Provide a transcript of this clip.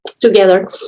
together